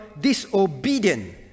disobedient